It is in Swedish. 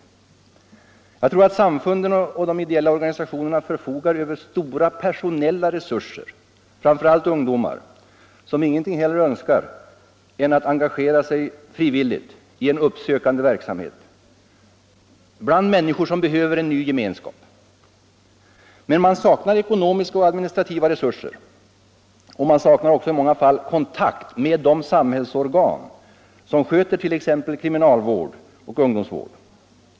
Jag tror att samfunden och de ideella organisationerna förfogar över stora personella resurser, framför allt ungdomar, som ingenting hellre önskar än att engagera sig frivilligt i en uppsökande verksamhet bland människor som behöver en ny gemenskap. Men de saknar ekonomiska och administrativa resurser och i många fall också kontakter med de samhällsorgan som sköter t.ex. kriminalvård och ungdomsvård.